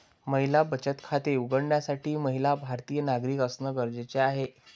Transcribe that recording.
महिला बचत खाते उघडण्यासाठी महिला भारतीय नागरिक असणं गरजेच आहे